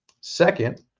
Second